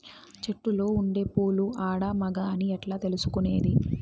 చెట్టులో ఉండే పూలు ఆడ, మగ అని ఎట్లా తెలుసుకునేది?